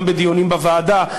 גם בדיונים בוועדה,